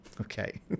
Okay